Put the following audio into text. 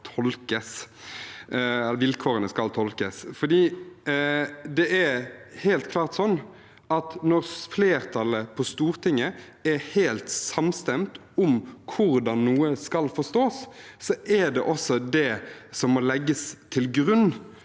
vilkårene skal tolkes. Det er helt klart sånn at når flertallet på Stortinget er helt samstemt om hvordan noe skal forstås, er det også det som må legges til grunn